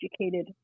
educated